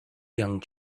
young